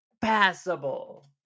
passable